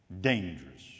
Dangerous